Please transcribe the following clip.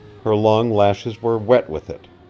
her long lashes were wet with it.